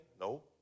No